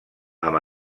amb